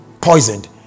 poisoned